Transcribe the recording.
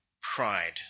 pride